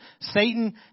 Satan